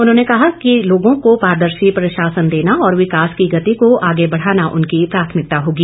उन्होंने कहा कि लोगों को पारदर्शी प्रशासन देना और विकास की गति को आगे बढ़ाना उनकी प्राथमिकता होगी